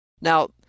Now